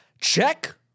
Check